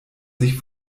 sich